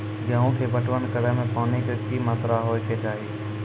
गेहूँ के पटवन करै मे पानी के कि मात्रा होय केचाही?